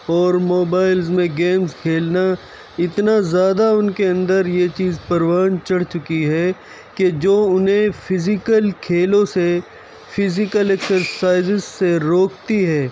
اور موبائلز میں گیمز کھیلنا اتنا زیادہ اُن کے اندر یہ چیز پروان چڑھ چکی ہے کہ جو اُنہیں فزیکل کھیلوں سے فزیکل ایکسر سائزز سے روکتی ہے